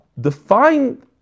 define